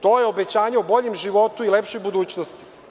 To je obećanje o boljem životu i lepšoj budućnosti.